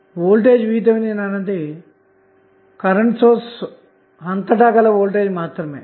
కాబట్టి voltage VTh అన్నదికరెంటు source అంతటా గల వోల్టేజ్ మాత్రమే